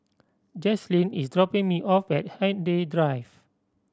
Jaslyn is dropping me off at Hindhede Drive